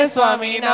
Swami